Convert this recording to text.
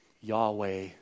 Yahweh